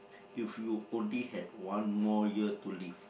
if you only had one more year to live